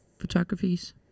photographies